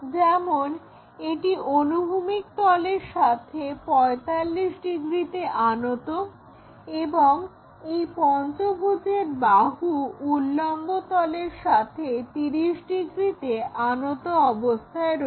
যেমন এটি অনুভূমিক তলের সাথে 45 ডিগ্রিতে আনত এবং এই পঞ্চভুজের বাহু উল্লম্ব তলের সাথে 30 ডিগ্রী আনত অবস্থায় রয়েছে